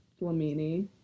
Flamini